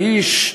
האיש,